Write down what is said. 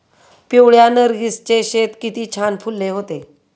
पिवळ्या नर्गिसचे शेत किती छान फुलले होते